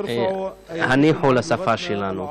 הניחו לשפה שלנו.